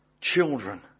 children